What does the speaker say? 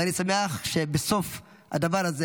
ואני שמח בסוף על הדבר הזה.